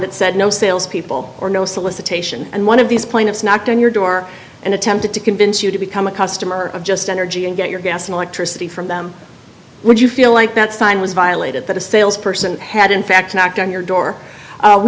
that said no salespeople or no solicitation and one of these plaintiffs knocked on your door and attempted to convince you to become a customer of just energy and get your gas and electricity from them would you feel like that sign was violated that a salesperson had in fact knocked on your door